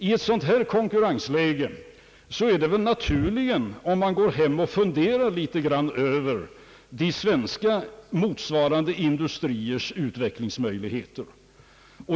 I det konkurrensläge som råder är det väl naturligt att man funderar över motsvarande svenska industriers utvecklingsmöjligheter.